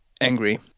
Angry